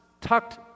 tucked